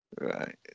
Right